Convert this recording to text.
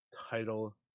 title